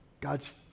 God's